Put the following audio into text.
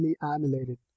annihilated